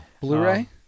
Blu-ray